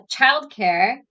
childcare